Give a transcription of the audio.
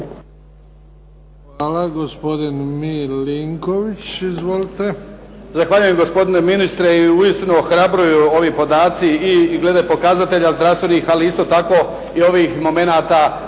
Hvala. Gospodin Milinković. Izvolite.